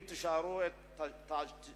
אם תאשרו את המבצע,